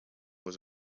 was